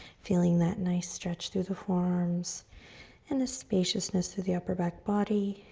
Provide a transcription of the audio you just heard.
feeling that nice stretch through the forearms and the spaciousness through the upper back body.